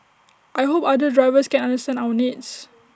I hope other drivers can understand our needs